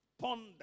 Ponder